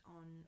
on